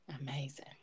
amazing